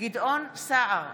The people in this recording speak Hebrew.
גדעון סער,